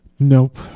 Nope